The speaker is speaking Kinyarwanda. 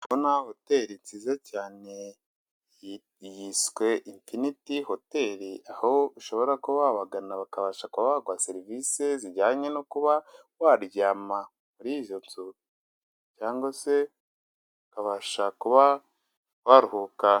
Hoteli nziza cyane yiswe imfiniti hoteri, aho ushobora kubagana bakabasha kuba baguha serivisi zijyanye no kuba waryama murizo nzu cyangwa se ukabasha kuba waruhuka.